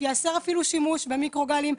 שאפילו ייאסר שימוש במיקרוגלים.